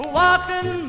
walking